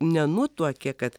nenutuokė kad